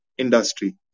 Industry